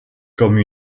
comme